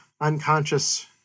unconscious